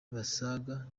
basaga